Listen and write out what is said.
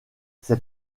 ses